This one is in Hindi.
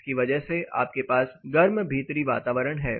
इसकी वजह से आपके पास गर्म भीतरी वातावरण है